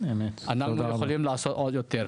אנחנו יכולים לעשות עוד יותר.